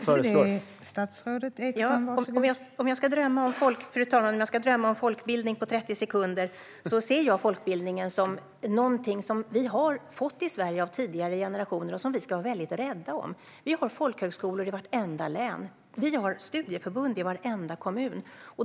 Fru talman! Om jag ska drömma om folkbildningen på 30 sekunder ser jag folkbildningen som någonting som vi i Sverige har fått av tidigare generationer och som vi ska vara rädda om. Vi har folkhögskolor i vartenda län, och vi har studieförbund i varenda kommun.